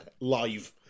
Live